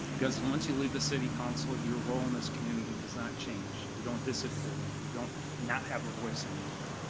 cause once you leave the city council, your role in this community does not change. you don't disappear, you you don't not have a voice anymore.